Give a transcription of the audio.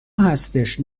هستش